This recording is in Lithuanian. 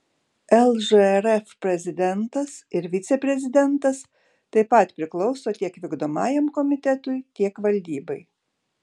lžrf prezidentas ir viceprezidentas taip pat priklauso tiek vykdomajam komitetui tiek valdybai